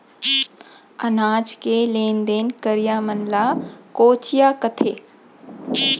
अनाज के लेन देन करइया मन ल कोंचिया कथें